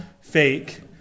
fake